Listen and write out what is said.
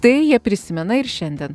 tai jie prisimena ir šiandien